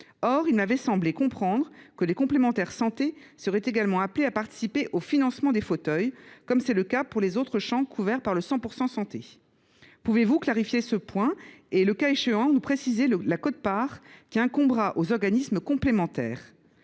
Or il m’avait semblé comprendre que les complémentaires santé seraient également appelées à participer au financement des fauteuils, comme c’est le cas pour les autres champs couverts par le « 100 % Santé ». Pouvez vous clarifier ce point et, le cas échéant, nous préciser la quote part qui incombera aux organismes complémentaires